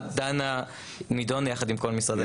ההצעה נידונה יחד עם כל משרדי הממשלה.